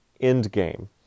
Endgame